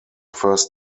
first